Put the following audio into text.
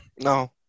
No